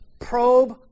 probe